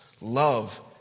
love